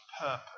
purpose